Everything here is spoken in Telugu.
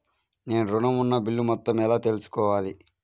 నేను ఋణం ఉన్న బిల్లు మొత్తం ఎలా తెలుసుకోవాలి?